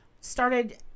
started